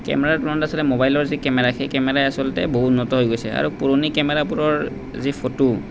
কেমেৰাৰ তুলনাত আচলতে মোবাইলৰ যি কেমেৰা সেই কেমেৰা আচলতে বহু উন্নত হৈ গৈছে আৰু পুৰণি কেমেৰাবোৰৰ যি ফটো